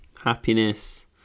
happiness